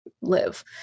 live